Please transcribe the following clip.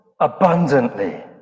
abundantly